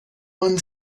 one